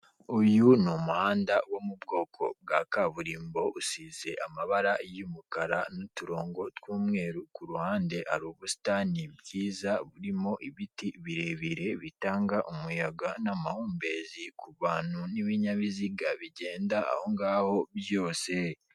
Uyu ni umuhanda wo mu bwoko bwa kaburimbo, usize amabara y'umukara n'uturongo tw'umweru, ku ruhande hari ubusitani bwiza, burimo ibiti birebire, bitanga umuyaga n'amahumbezi ku bantu n'ibinyabiziga bigenda ahongaho byose.